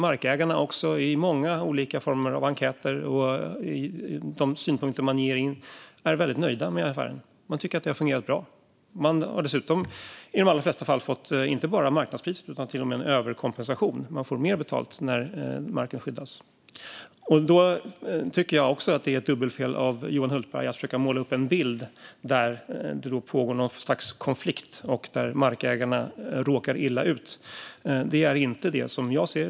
Markägarna är också i många olika former av enkäter och i de synpunkter de lämnar väldigt nöjda med affären och tycker att det har fungerat bra. Dessutom har de i de allra flesta fall fått inte bara marknadspris utan till och med en överkompensation. De får mer betalt när marken skyddas. Jag tycker att det är ett dubbelfel av Johan Hultberg att försöka måla upp en bild av att det pågår någon sorts konflikt där markägarna råkar illa ut. Det är inte det jag ser.